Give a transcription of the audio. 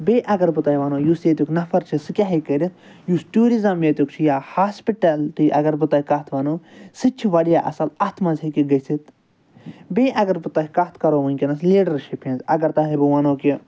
بیٚیہِ اگر بہٕ تۄہہِ ونو یُس ییٚتیُک نفر چھُ سُہ کیاہ ہیٚکہِ کٔرِتھ یُس ٹوٗرِزَم ییٚتیُک چھُ یا ہاسپِٹلٹی اگر بہٕ تۄہہِ کتھ وَنو سُہ تہِ چھُ واریاہ اَصٕل اتھ مَنٛز ہیٚکہِ گٔژھِتھ بیٚیہِ اگر بہٕ تۄہہِ کتھ کَرو وٕنۍکٮ۪نَس لیٖڈَشِپہِ ہٕنٛز اگر تۄہہِ بہٕ ونو کہِ